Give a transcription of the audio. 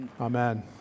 amen